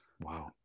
Wow